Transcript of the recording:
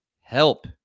help